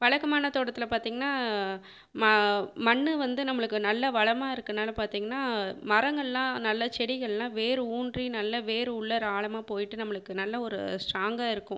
வழக்கமான தோட்டத்தில் பார்த்தீங்கன்னா ம மண்ணு வந்து நம்மளுக்கு நல்ல வளமாக இருக்கனால் பார்த்தீங்கன்னா மரங்களெலாம் நல்ல செடிகளெலாம் வேர் ஊன்றி நல்ல வேர் உள்ளாரா ஆழமாக போயிட்டு நம்மளுக்கு நல்ல ஒரு ஸ்ட்ராங்காக இருக்கும்